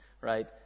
right